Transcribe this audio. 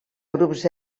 grups